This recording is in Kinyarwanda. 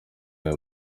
aya